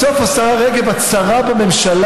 בסוף, השרה רגב, את שרה בממשלה.